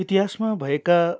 इतिहासमा भएका